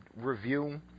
review